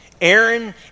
Aaron